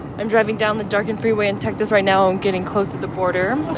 i'm driving down the darkened freeway in texas right now. i'm getting close to the border.